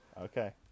Okay